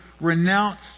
renounce